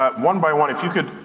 ah one by one if you could,